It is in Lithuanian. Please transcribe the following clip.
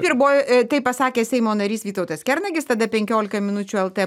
ir buvo a taip pasakė seimo narys vytautas kernagis tada penkiolika minučių lt